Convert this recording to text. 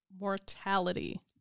mortality